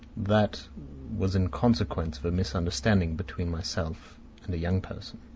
that was in consequence of a misunderstanding between myself and a young person.